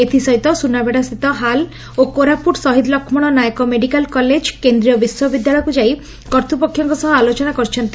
ଏଥିସହିତ ସୁନାବେଡ଼ା ସ୍ଥିତ ଏଚ୍ଏଏଲ୍ ଓ କୋରାପୁଟ୍ ଶହୀଦ ଲକ୍ଷ୍ମଣ ନାୟକ ମେଡିକାଲ୍ କଲେଜ ଓ କେନ୍ଦ୍ରୀୟ ବିଶ୍ୱବିଦ୍ୟାଳୟ ଯାଇ କର୍ତ୍ରୂପଷଙ୍କ ସହ ଆଲୋଚନା କରିଛନ୍ତି